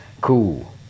cool